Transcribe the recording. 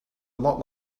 lot